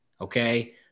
okay